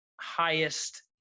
highest